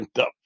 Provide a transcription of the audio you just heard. up